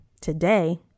today